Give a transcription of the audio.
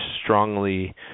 strongly